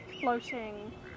floating